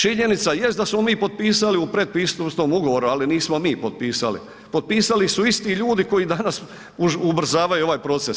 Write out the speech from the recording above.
Činjenica jest da smo mi potpisali u predpristupnom ugovorom, ali nismo mi potpisali, potpisali su isti ljudi koji danas ubrzavaju ovaj proces.